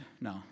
No